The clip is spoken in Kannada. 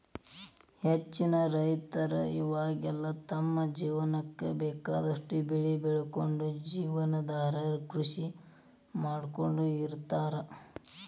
ಹೆಚ್ಚಿನ ರೈತರ ಇವಾಗೆಲ್ಲ ತಮ್ಮ ಜೇವನಕ್ಕ ಬೇಕಾದಷ್ಟ್ ಬೆಳಿ ಬೆಳಕೊಂಡು ಜೇವನಾಧಾರ ಕೃಷಿ ಮಾಡ್ಕೊಂಡ್ ಇರ್ತಾರ